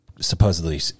supposedly